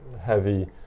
heavy